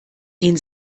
den